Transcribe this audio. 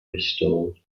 restored